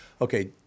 Okay